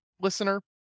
listener